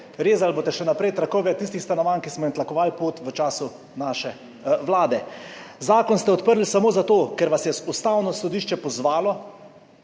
Rezali boste še naprej trakove tistih stanovanj, ki smo jim tlakovali pot v času naše vlade. Zakon ste odprli samo zato, ker vas je Ustavno sodišče pozvalo,